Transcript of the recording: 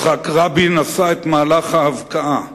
יצחק רבין עשה את מהלך ההבקעה.